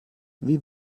wie